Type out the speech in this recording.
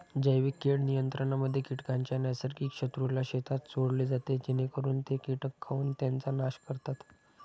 जैविक कीड नियंत्रणामध्ये कीटकांच्या नैसर्गिक शत्रूला शेतात सोडले जाते जेणेकरून ते कीटक खाऊन त्यांचा नाश करतात